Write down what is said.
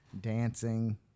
dancing